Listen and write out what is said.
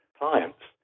clients